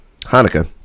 Hanukkah